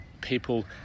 people